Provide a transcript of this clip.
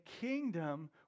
kingdom